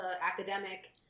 academic